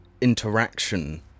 interaction